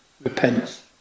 repents